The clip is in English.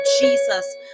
Jesus